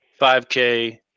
5K